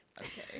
okay